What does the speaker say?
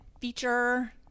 feature